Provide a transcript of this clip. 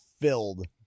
filled